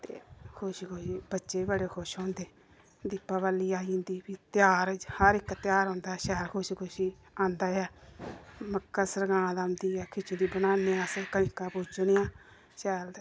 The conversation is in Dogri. ते खुशी खुशी बच्चे बी बडे़ खुश होंदे दिपावली आई जंदी फिर ध्यार हर इक ध्यार औंदा शैल खुशी खुशी आंदा ऐ मकर सरगांद आंदी ऐ खिचड़ी बनाने आं अस कंजकां पूजने आं शैल ते